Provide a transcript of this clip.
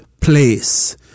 place